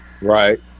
Right